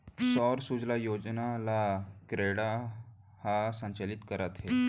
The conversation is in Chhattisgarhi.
सौर सूजला योजना ल क्रेडा ह संचालित करत हे